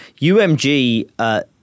UMG